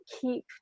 keep